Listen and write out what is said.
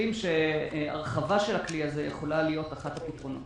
וחושבים שהרחבה של הכלי הזה יכולה להיות אחת הפתרונות.